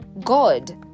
God